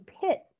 pit